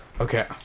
Okay